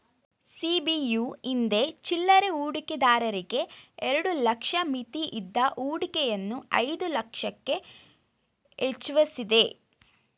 ಸಿ.ಬಿ.ಯು ಹಿಂದೆ ಚಿಲ್ಲರೆ ಹೂಡಿಕೆದಾರರಿಗೆ ಎರಡು ಲಕ್ಷ ಮಿತಿಯಿದ್ದ ಹೂಡಿಕೆಯನ್ನು ಐದು ಲಕ್ಷಕ್ಕೆ ಹೆಚ್ವಸಿದೆ